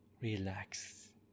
Relax